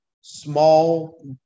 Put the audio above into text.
Small